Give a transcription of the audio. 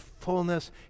fullness